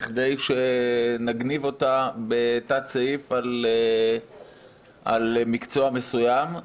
מכדי שנגניב אותה בתת סעיף על מקצוע מסוים.